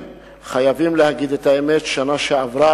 הצעה לסדר-היום שמספרה